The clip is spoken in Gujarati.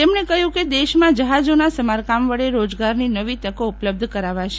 તેમણે કહ્યું કે દેશમાં જહાજોના સમારકામ વડે રોજગારની નવી તકો ઉપલબ્ધ કરાવાશે